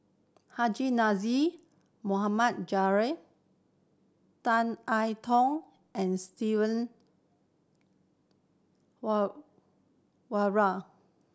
Haji Namazie Mohd Javad Tan I Tong and Steven Warren